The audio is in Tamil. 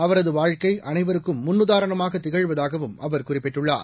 அவரது வாழ்க்கை அனைவருக்கும் முன்னுதாரணமாக திகழ்வதாகவும் அவர் குறிப்பிட்டுள்ளார்